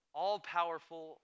all-powerful